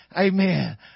Amen